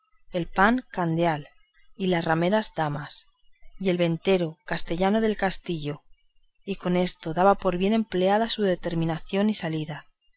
el pan candeal y las rameras damas y el ventero castellano del castillo y con esto daba por bien empleada su determinación y salida